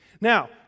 now